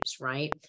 right